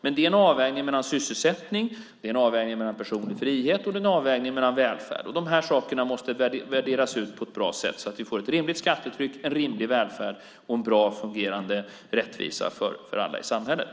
Men det är en avvägning mellan sysselsättning, personlig frihet och välfärd. De här sakerna måste utvärderas på ett bra sätt så att vi får ett rimligt skattetryck, en rimlig välfärd och en bra och fungerande rättvisa för alla i samhället.